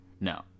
no